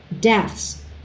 Deaths